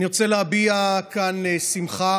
אני רוצה להביע כאן שמחה